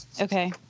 Okay